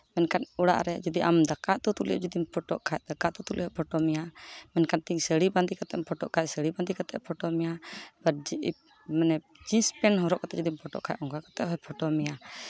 ᱢᱮᱱᱠᱷᱟᱱ ᱚᱲᱟᱜ ᱨᱮ ᱡᱩᱫᱤ ᱟᱢ ᱫᱚ ᱫᱟᱠᱟᱼᱩᱛᱩ ᱛᱩᱞᱩᱡ ᱡᱩᱫᱤᱢ ᱯᱷᱳᱴᱳᱜ ᱠᱷᱟᱡ ᱫᱟᱠᱟᱼᱩᱛᱩ ᱛᱩᱞᱩᱡ ᱦᱚᱸᱭ ᱯᱷᱳᱴᱳ ᱢᱮᱭᱟ ᱢᱮᱱᱠᱷᱟᱱ ᱛᱮᱦᱤᱧ ᱥᱟᱹᱲᱤ ᱵᱟᱸᱫᱮ ᱠᱟᱛᱮᱫ ᱮᱢ ᱯᱷᱳᱴᱳᱜ ᱠᱷᱟᱡ ᱥᱟᱹᱲᱤ ᱵᱟᱸᱫᱮ ᱠᱟᱛᱮᱫ ᱯᱷᱳᱴᱳ ᱢᱮᱭᱟ ᱟᱵᱟᱨ ᱡᱤᱱᱥ ᱯᱮᱱᱴ ᱦᱚᱨᱚᱜ ᱠᱟᱛᱮᱫ ᱡᱩᱫᱤᱢ ᱯᱷᱳᱴᱳᱜ ᱠᱷᱟᱡ ᱚᱱᱠᱟ ᱠᱟᱛᱮᱫ ᱦᱚᱭ ᱯᱷᱳᱴᱳ ᱢᱮᱭᱟ